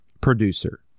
producer